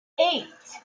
eight